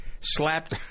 slapped